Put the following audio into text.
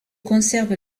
conserve